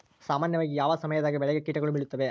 ಸಾಮಾನ್ಯವಾಗಿ ಯಾವ ಸಮಯದಾಗ ಬೆಳೆಗೆ ಕೇಟಗಳು ಬೇಳುತ್ತವೆ?